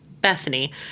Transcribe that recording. Bethany